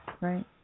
Right